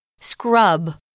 Scrub